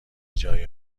جای